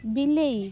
ବିଲେଇ